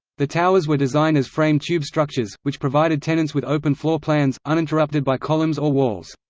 the towers were designed as framed tube structures, which provided tenants with open floor plans, uninterrupted by columns or walls.